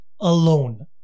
Alone